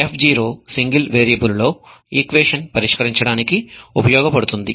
fzero single variable లో equation పరిష్కరించడానికి ఉపయోగపడుతుంది